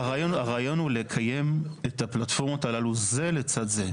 הרעיון הוא לקיים את הפלטפורמות הללו זה לצד זה.